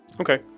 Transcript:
Okay